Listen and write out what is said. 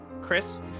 Chris